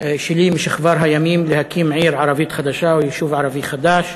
שלי משכבר הימים להקים עיר ערבית חדשה או יישוב ערבי חדש.